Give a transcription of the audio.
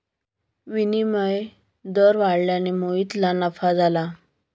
विनिमय दर वाढल्याने मोहितला नफा झाला